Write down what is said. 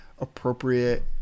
appropriate